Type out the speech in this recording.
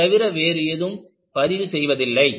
அதைத் தவிர வேறு ஏதும் பதிவு செய்வதில்லை